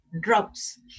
Drops